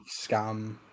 scam